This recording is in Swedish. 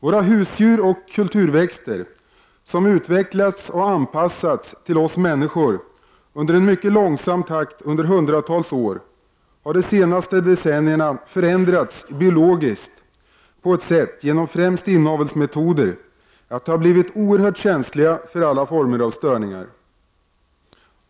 Våra husdjur och kulturväxter, som utvecklats och anpassats till oss människor i mycket långsam takt under hundratals år, har de senaste decennierna förändrats biologiskt på ett sådant sätt, främst genom inavelsmetoder, att de har blivit oerhört känsliga för alla former av störningar.